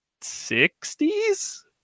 sixties